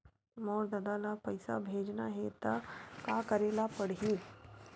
मोर ददा ल पईसा भेजना हे त का करे ल पड़हि?